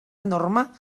enorme